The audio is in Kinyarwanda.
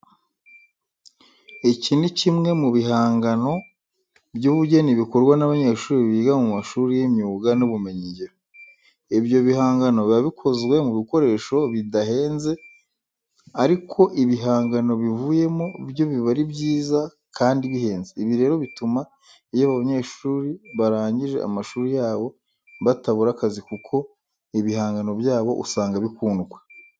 Iki ni kimwe mu bihangano by'ubugeni bikorwa n'abanyeshuri biga mu mashuri y'imyuga n'ibumenyingiro. Ibyo bihangano biba bikozwe mu bikoresho bidahenze ariko ibihangano bivuyemo byo biba ari byiza kandi bihenze. Ibi rero bituma iyo aba banyeshuri barangije amashuri yabo batabura akazi kuko ibihangano byabo usanga bikundwa.